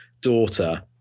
daughter